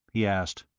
he asked.